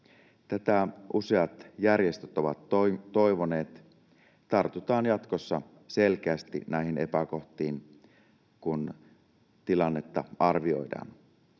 Tätä useat järjestöt ovat toivoneet. Tartutaan jatkossa selkeästi näihin epäkohtiin, kun tilannetta arvioidaan.